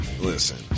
listen